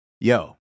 yo